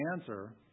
answer